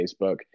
Facebook